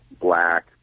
black